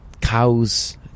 cows